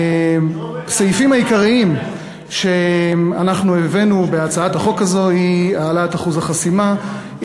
הסעיפים העיקריים שאנחנו הבאנו בהצעת החוק הזו הם: העלאת אחוז החסימה,